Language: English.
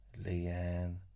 Leanne